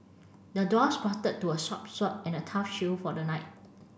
the dwarf crafted to a sharp sword and a tough shield for the knight